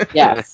yes